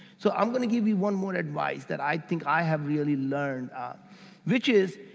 so, i'm going to give you one more advice that i think i have really learned which is,